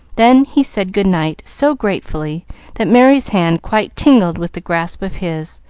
then he said good-night so gratefully that merry's hand quite tingled with the grasp of his,